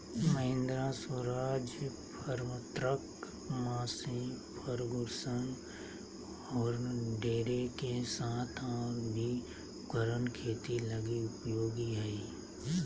Mahindra, Swaraj, Farmtrac, Massey Ferguson John Deere के साथ और भी उपकरण खेती लगी उपयोगी हइ